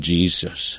Jesus